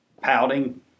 pouting